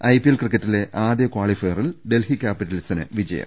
IPL ക്രിക്കറ്റിലെ ആദ്യ ക്വാളിഫയറിൽ ഡൽഹി ക്യാപി റ്റൽസിന് വിജയം